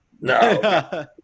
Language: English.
No